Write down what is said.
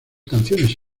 canciones